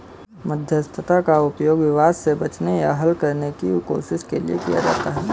मध्यस्थता का उपयोग विवाद से बचने या हल करने की कोशिश के लिए किया जाता हैं